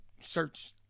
search